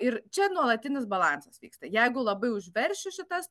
ir čia nuolatinis balansas vyksta jeigu labai užveršiu šitas